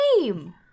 Name